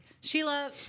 Sheila